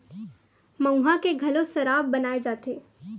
मउहा के घलोक सराब बनाए जाथे